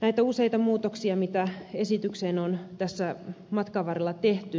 nämä useat muutokset mitä esitykseen on tässä matkan varrella tehty